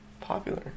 popular